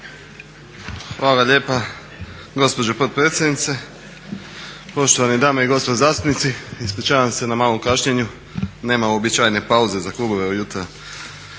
Hvala lijepa gospođo potpredsjednice. Poštovane dame i gospodo zastupnici. Ispričavam se na malom kašnjenju. Nema uobičajene pauze za klubove ujutro,